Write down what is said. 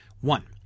One